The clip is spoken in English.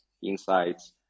insights